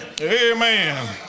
Amen